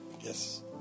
Yes